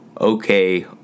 okay